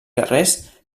carrers